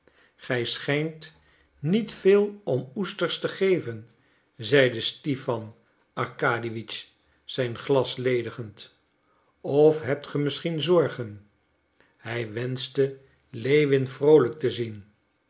gij schijnt niet veel om oesters te geven zeide stipan arkadiewitsch zijn glas ledigend of hebt ge misschien zorgen hij wenschte lewin vroolijk te zien